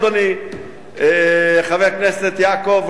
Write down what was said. אדוני חבר הכנסת יעקב,